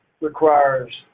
requires